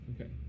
Okay